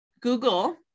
Google